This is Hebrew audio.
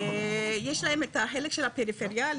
יש להם את החלק של הפריפריאליות,